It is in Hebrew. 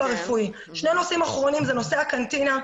נושא הקנטינה.